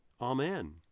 amen